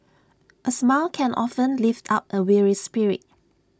A smile can often lift up A weary spirit